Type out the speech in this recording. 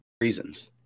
reasons